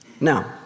Now